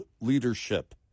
leadership